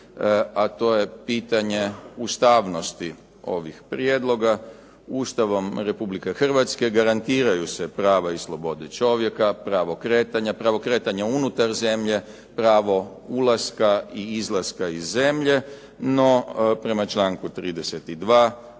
a to je pitanje ustavnosti ovih prijedloga. Ustavom Republike Hrvatske garantiraju se prava i slobode čovjeka, pravo kretanja, pravo kretanja unutar zemlje, pravo ulaska i izlaska iz zemlje, no prema članku 32.